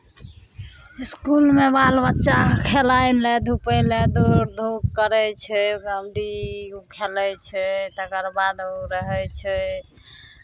इसकुलमे बाल बच्चा खेलाय लेल धूपय लेल दौड़ धूप करै छै कबड्डी खेलाइ छै तकर बाद ओ रहै छै